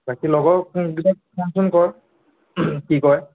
বাকী লগৰ কোনকেইজন ফোন চোন কৰ কি কয়